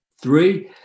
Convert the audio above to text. three